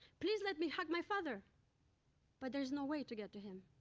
please let me hug my father but there is no way to get to him.